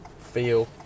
feel